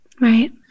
Right